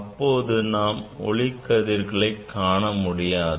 அப்போது நாம் ஒளிக்கதிர்களை காண முடியாது